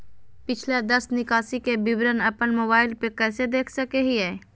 पिछला दस निकासी के विवरण अपन मोबाईल पे कैसे देख सके हियई?